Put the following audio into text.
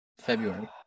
february